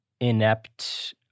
inept